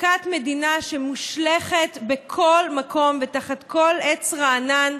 מכת מדינה שמושלכת בכל מקום ותחת כל עץ רענן,